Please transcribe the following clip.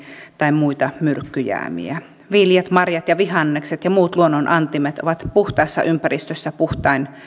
tai muita myrkkyjäämiä viljat marjat ja vihannekset ja muut luonnon antimet ovat puhtaassa ympäristössä puhtain